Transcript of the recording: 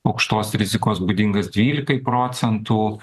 aukštos rizikos būdingas dvylikai procentų